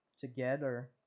together